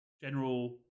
general